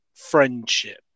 friendship